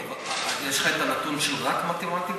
אבל יש לך את הנתון של רק מתמטיקה?